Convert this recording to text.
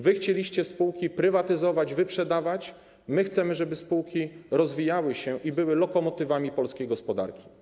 Wy chcieliście spółki prywatyzować, wyprzedawać, my chcemy, żeby spółki rozwijały się i były lokomotywami polskiej gospodarki.